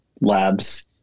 labs